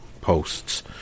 posts